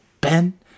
Ben